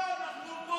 לא, לא.